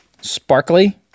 sparkly